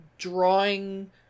drawing